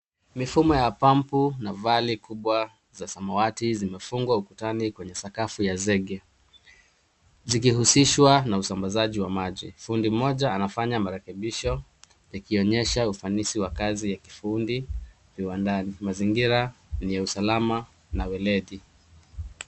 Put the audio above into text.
Mifumo ya pampu na valve kubwa za samawati zimefungwa ukutani kwenye sakafu ya zege zikihusishwa na usambazaji wa maji. Fundi mmoja anafanya marekebisho akionyesha ufanisi wa kazi ya kifundi kiwandani. Mazingira yenye usalama na weledi.